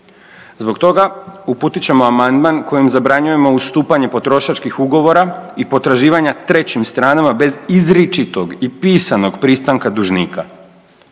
Zbog toga uputit ćemo amandman kojim zabranjujemo ustupanje potrošačkih ugovora i potraživanja trećim stranama bez izričitog i pisanog pristanka dužnika